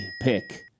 pick